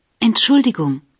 Entschuldigung